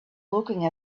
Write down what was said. looking